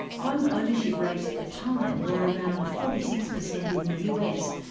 home ownership rates at the time were around forty six percent in the us,